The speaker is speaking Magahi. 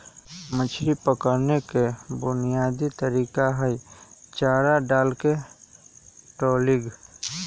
मछरी पकड़े के बुनयादी तरीका हई चारा डालके ट्रॉलिंग